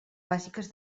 bàsiques